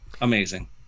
amazing